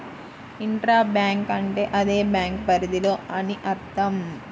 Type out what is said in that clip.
intra bank అంటే అదే bank పరిధిలో అని అర్థం